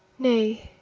nay,